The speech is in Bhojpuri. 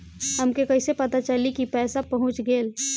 हमके कईसे पता चली कि पैसा पहुच गेल?